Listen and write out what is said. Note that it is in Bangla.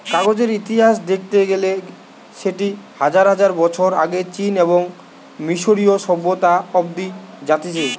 কাগজের ইতিহাস দেখতে গেইলে সেটি হাজার হাজার বছর আগে চীন এবং মিশরীয় সভ্যতা অব্দি জাতিছে